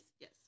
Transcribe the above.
Yes